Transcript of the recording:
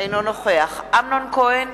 אינו נוכח אמנון כהן,